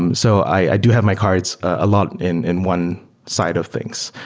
um so i do have my cards a lot in in one side of things.